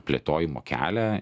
plėtojimo kelią